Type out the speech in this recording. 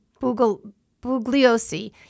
Bugliosi